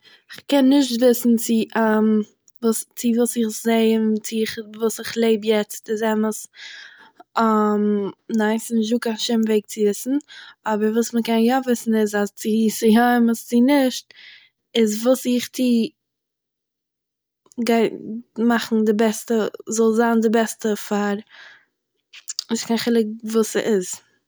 איך קען נישט וויסן צו וואס- צו וואס איך זעה אים טוה איך וואס איך לעב יעצט איז אמת, ניין, ס'איז נישטא קיין שום וועגן צו וויסן, אבער וואס מ'קען יא וויסן איז אז צו ס'איז אמת צו נישט, איז, וואס איך טוה גייט מאכן די בעסטע, זאל זיין די בעסטע פאר, נישט קיין חילוק וואס ס'איז